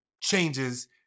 changes